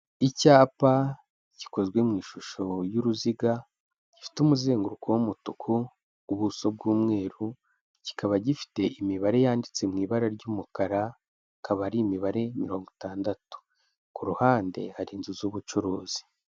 Icyapa gikozwe mu ishusho y'uruziga, gifite umuzenguruko w'umutuku, ubuso bw'umweru, kikaba gifite imibare yanditse mu ibara ry'umukara, akaba ari imibare mirongo itandatu. Ku ruhande hari inzu z'ubucuruzi.